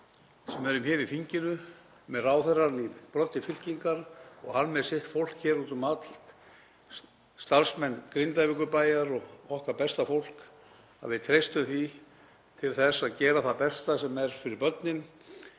sem erum hér í þinginu, með ráðherrann í broddi fylkingar og hann með sitt fólk úti um allt, starfsmenn Grindavíkurbæjar og okkar besta fólk, að við treystum því til þess að gera það sem best er fyrir börnin